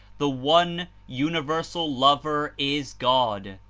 the one uni versal lover is god,